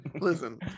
Listen